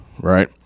Right